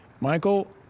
Michael